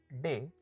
day